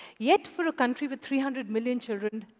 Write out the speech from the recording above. yet, for a country with three hundred million children,